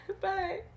Bye